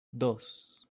dos